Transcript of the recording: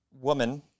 woman